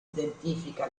identifica